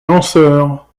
lanceur